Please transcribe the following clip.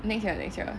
next next year